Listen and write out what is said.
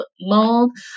mold